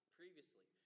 previously